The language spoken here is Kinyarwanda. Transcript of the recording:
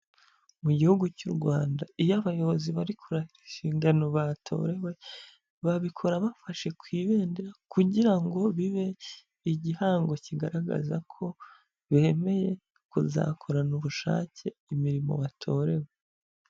Mu gihugu cy'u Rwanda, iyo abayobozi bari kurahira inshingano batorewe, babikora bafashe ku ibendera kugira ngo bibe igihango kigaragaza ko bemeye kuzakorana ubushake imirimo batorewe.